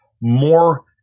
more